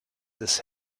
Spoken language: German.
des